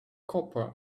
copper